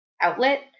outlet